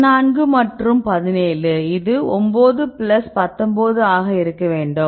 14 மற்றும் 17 இது 9 பிளஸ் 19ஆக இருக்க வேண்டும்